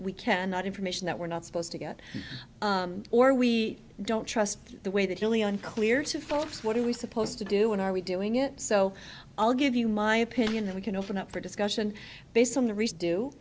we cannot information that we're not supposed to get or we don't trust the way that really unclear to folks what are we supposed to do and are we doing it so i'll give you my opinion that we can open up for discussion based on the